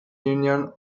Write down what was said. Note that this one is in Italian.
union